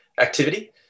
activity